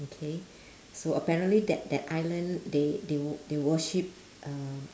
okay so apparently that that island they they they worship um